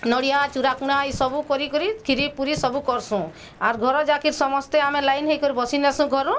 ନଡ଼ିଆ ଚୁଡ଼ାକୁଣା ଏସବୁ କରି କରି କ୍ଷୀରି ପୁରୀ ସବୁ କରସୁଁ ଆର୍ ଘର ଜାଙ୍କର୍ ସମସ୍ତେ ଆମେ ଲାଇନ୍ ହେଇକି ବସିନେଷୁଁ କରୁ